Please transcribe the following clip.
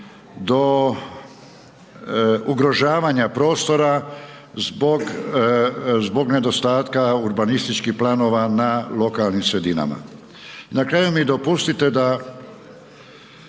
do ugrožavanja prostora zbog nedostatka urbanističkih planova na lokalnim sredinama. Na kraju mi dopustite da